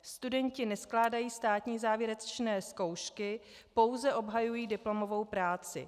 Studenti neskládají státní závěrečné zkoušky, pouze obhajují diplomovou práci.